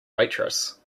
waitress